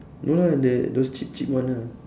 no lah the those cheap cheap one ah